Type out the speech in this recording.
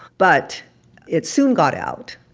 but it soon got out,